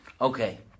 Okay